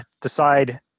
decide